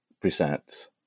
presents